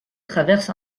traverse